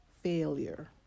failure